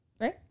right